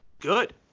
good